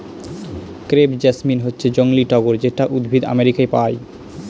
crepe jasmine হচ্ছে জংলী টগর যেটা উদ্ভিদ আমেরিকায় পায়